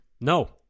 No